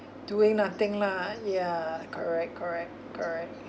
doing nothing lah ya correct correct correct